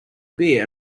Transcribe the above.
beer